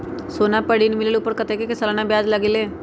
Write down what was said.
सोना पर ऋण मिलेलु ओपर कतेक के सालाना ब्याज लगे?